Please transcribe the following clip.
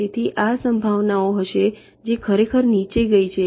તેથી તે આ સંભાવનાઓ હશે જે ખરેખર નીચે ગઈ હતી